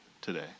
today